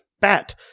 bat